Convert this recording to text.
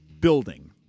building